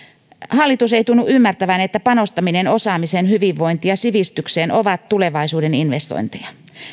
hallitus ei tunnu ymmärtävän että panostaminen osaamiseen hyvinvointiin ja sivistykseen ovat tulevaisuuden investointeja